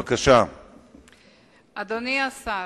אדוני השר,